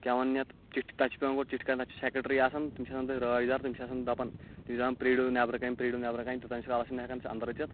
کیاہ وَنان یَتھ چِٹھِ تَتہِ چھِ پیوان گۄڈٕ چِٹھِ کڑٕنۍ تَتہِ چھِ سیکیٹری آسان تِم چھِ آسان تَتھ رٲچھ دار تِم چھِ آسان دَپان تِم چھِ دَپان پیٲرِو نٮ۪برٕ کٔنۍ پیٲرِو نٮ۪برٕ کٔنۍ توٚتانۍ چھِ کالس چھِنہٕ ہٮ۪کان اَنٛدر أژِتھ